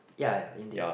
ya ya indeed